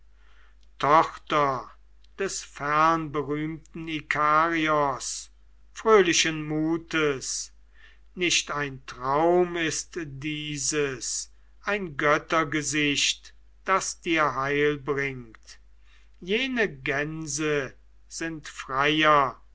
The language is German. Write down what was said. tochter des fernberühmten ikarios fröhlichen mutes nicht ein traum ist dieses ein göttergesicht das dir heil bringt jene gänse sind freier